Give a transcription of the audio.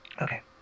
Okay